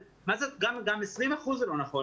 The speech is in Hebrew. גם 20% זה לא נכון.